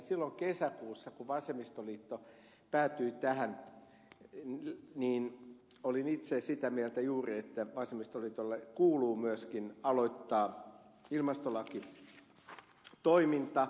silloin kesäkuussa kun vasemmistoliitto päätyi tähän olin itse juuri sitä mieltä että vasemmistoliiton kuuluu myöskin aloittaa ilmastolakitoiminta